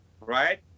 right